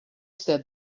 said